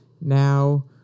Now